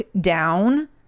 down